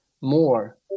more